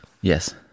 Yes